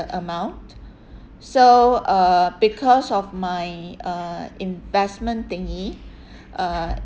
amount so uh because of my uh investment thingy uh